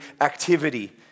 activity